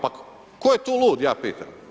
Pa tko je tu lud ja pitam?